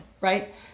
right